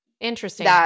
Interesting